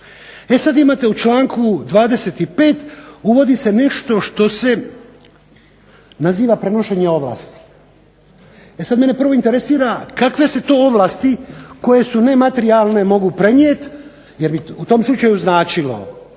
E sad imate u članku 25. uvodi se nešto što se naziva prenošenje ovlasti. E sad mene prvo interesira kakve se to ovlasti koje su nematerijalne mogu prenijeti, jer bi u tom slučaju značilo